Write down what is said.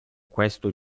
questo